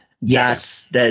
Yes